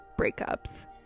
breakups